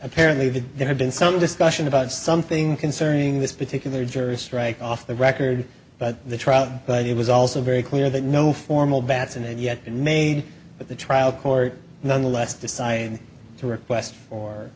apparently there had been some discussion about something concerning this particular jury strike off the record but the trial but it was also very clear that no formal batson and yet made but the trial court nonetheless decided to request for